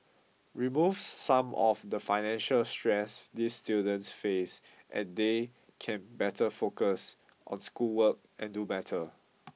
remove some of the financial stress these students face and they can better focus on schoolwork and do better